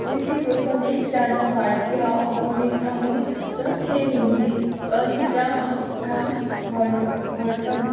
ऋतिक रोशन एकजना भारतीय अभिनेता हुन् जसले हिन्दी चलचित्रमा काम गर्नु गर्छन्